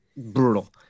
Brutal